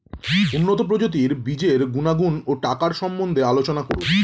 উন্নত প্রজাতির বীজের গুণাগুণ ও টাকার সম্বন্ধে আলোচনা করুন